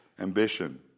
ambition